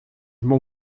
m’en